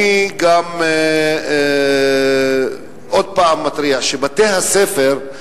אני גם עוד פעם מתריע: בתי-ספר,